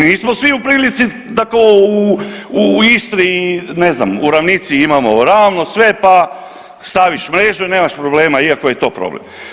Nismo svi u prilici da kao u Istri i ne znam u ravnici imamo ravno sve, pa staviš mrežu i nemaš problema iako je to problem.